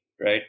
right